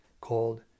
called